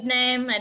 name